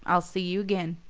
i'll see you again,